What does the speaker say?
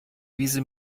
wiese